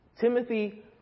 Timothy